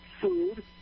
food